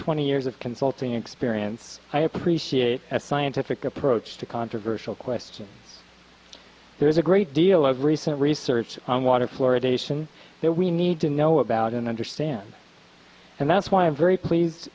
twenty years of consulting experience i appreciate that scientific approach to controversial question there is a great deal of recent research on water fluoridation that we need to know about and understand and that's why i'm very pleased